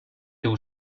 two